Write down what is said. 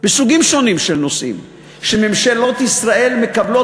בסוגים שונים של נושאים ממשלות ישראל מקבלות